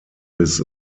bis